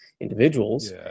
individuals